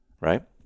Right